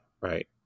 right